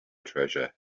treasure